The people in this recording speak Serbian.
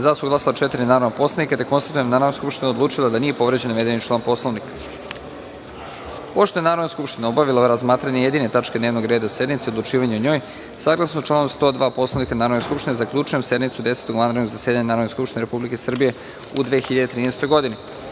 prisutnih 197 narodnih poslanika. Konstatujem da je Narodna skupština odlučila da nije povređen navedeni član Poslovnika. Pošto je Narodna skupština obavila razmatranje jedine tačke dnevnog reda sednice i odlučivanje o njoj, saglasno članu 102. Poslovnika Narodne skupštine, zaključujem sednicu Desetog vanrednog zasedanja Narodne skupštine Republike Srbije u 2013.